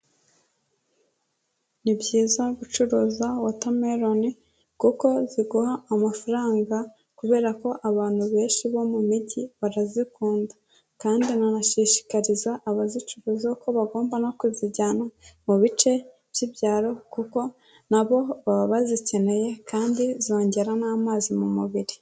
Ni byiza gucuruza watermelon kuko ziguha amafaranga kubera ko abantu benshi bo mu mijyi barazikunda, kandi nkanashishikariza abazicuruza ko bagomba no kuzijyana mu bice by'ibyaro kuko na bo baba bazikeneye kandi zongeramo amazi mu mubiri.